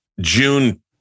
June